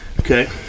Okay